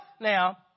now